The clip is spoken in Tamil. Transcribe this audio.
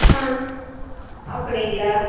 ஆ அப்படிங்களா